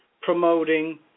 promoting